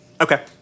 Okay